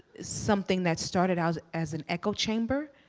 something that started out as an echo chamber,